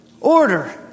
Order